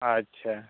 ᱟᱪᱪᱷᱟ